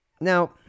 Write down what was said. Now